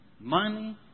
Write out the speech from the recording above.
money